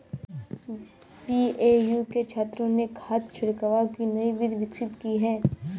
BAU के छात्रों ने खाद छिड़काव की नई विधि विकसित की है